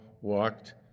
walked